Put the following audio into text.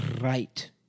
right